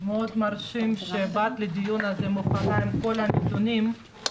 מרשים שבאת לדיון הזה מוכנה עם כל הנתונים,